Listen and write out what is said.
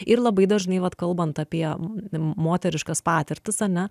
ir labai dažnai vat kalbant apie moteriškas patirtis ane